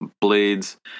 blades